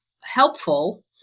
helpful